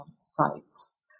sites